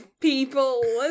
people